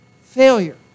failure